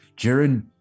Jiren